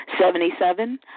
Seventy-seven